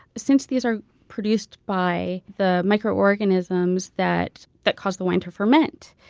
since these are produced by the microorganisms that that cause the wine to ferment,